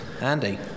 Andy